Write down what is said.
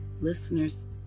Listeners